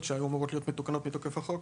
שהיו אמורות להיות מותקנות מתוקף החוק,